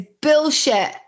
bullshit